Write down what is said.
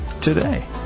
today